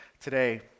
today